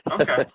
Okay